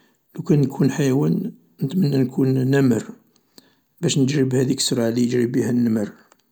لوكان نكون حيوان نتمنى نكون نمر باش نجري بهاذيك السرعة لي يجري بيها نمر